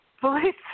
Police